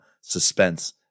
suspense